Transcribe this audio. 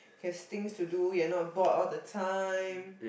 has things to do you're not bored all the time